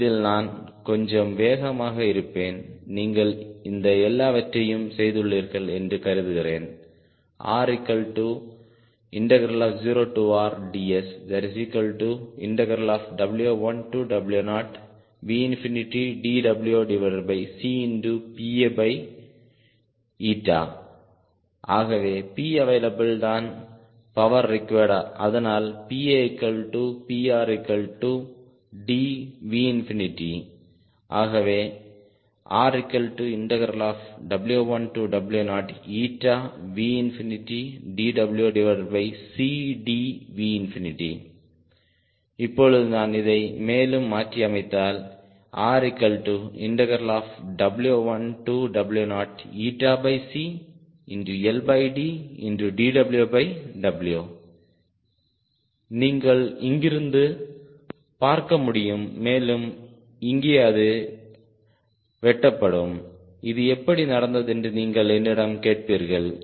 இதில் நான் கொஞ்சம் வேகமாக இருப்பேன் நீங்கள் இந்த எல்லாவற்றையும் செய்துள்ளீர்கள் என்று கருதுகிறேன் R0RdsW1W0VdWC ஆகவே P அவைலபிள் தான் பவர் ரெக்விரெட் அதனால் PAPRDV ஆகவே RW1W0VdWCDV இப்பொழுது நான் இதை மேலும் மாற்றி அமைத்தால் RW1W0 நீங்கள் இங்கிருந்து பார்க்க முடியும் மேலும் இங்கே அது வெட்டப்படும் இது எப்படி நடந்தது என்று நீங்கள் என்னிடம் கேட்பீர்கள்